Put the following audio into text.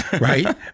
right